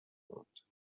بود